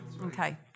Okay